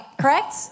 Correct